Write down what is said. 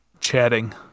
chatting